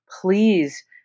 Please